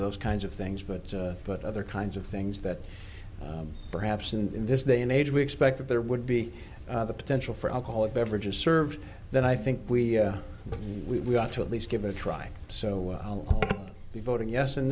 or those kinds of things but but other kinds of things that perhaps in this day and age we expect that there would be the potential for alcoholic beverages served then i think we we ought to at least give it a try so i'll be voting yes in